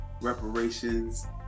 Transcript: reparations